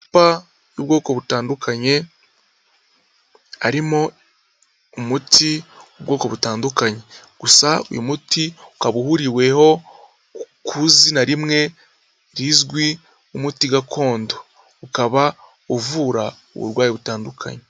Y'ubwoko butandukanye harimo umuti w'ubwoko butandukanye. Gusa uyu muti ukaba uhuriweho ku izina rimwe rizwi nk'umuti gakondo, ukaba uvura uburwayi butandukanye.